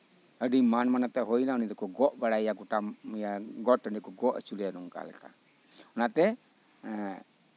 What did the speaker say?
ᱟᱹᱰᱤ ᱢᱟᱱ ᱢᱟᱱᱚᱛᱟᱱ ᱮ ᱦᱱᱩᱭ ᱮᱱᱟ ᱩᱱᱤ ᱫᱚ ᱜᱚᱴᱟ ᱠᱚ ᱜᱚᱜ ᱵᱟᱲᱟᱭᱮᱭᱟ ᱠᱚ ᱜᱚᱴ ᱴᱟᱺᱰᱤ ᱠᱚ ᱜᱚᱜ ᱟᱹᱪᱩᱨᱮᱭᱟ ᱱᱚᱝᱠᱟ ᱞᱮᱠᱟᱛᱮ ᱚᱱᱟᱛᱮ ᱮᱸᱜ